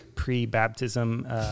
pre-baptism